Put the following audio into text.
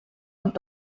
und